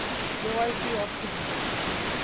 KYC অর্থ কি?